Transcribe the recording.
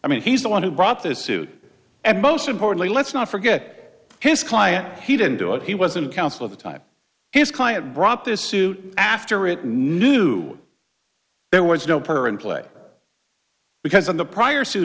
i mean he's the one who brought this suit and most importantly let's not forget his client he didn't do it he wasn't counsel of the time his client brought this suit after it knew there was no per in play because on the prior